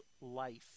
life